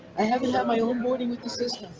i haven't had my own boarding with the system.